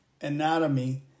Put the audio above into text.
anatomy